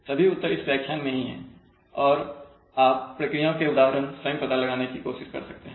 सभी उत्तर इस व्याख्यान में ही हैं और आप प्रक्रियाओं के उदाहरण स्वयं पता लगाने की कोशिश कर सकते हैं